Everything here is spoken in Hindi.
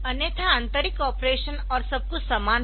अन्यथा आंतरिक ऑपरेशन और सब कुछ समान है